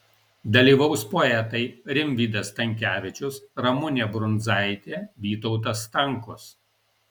dalyvaus poetai rimvydas stankevičius ramunė brundzaitė vytautas stankus